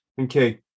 okay